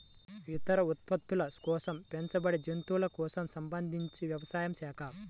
ఇతర ఉత్పత్తుల కోసం పెంచబడేజంతువులకు సంబంధించినవ్యవసాయ శాఖ